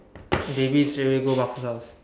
maybe straight away go house